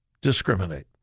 discriminate